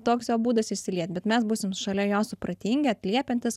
toks jo būdas išsiliet bet mes būsim šalia jo supratingi atliepiantys